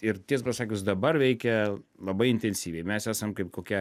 ir tiesą pasakius dabar veikia labai intensyviai mes esam kaip kokia